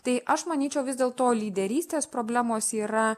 tai aš manyčiau vis dėl to lyderystės problemos yra